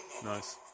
nice